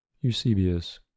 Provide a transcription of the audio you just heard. Eusebius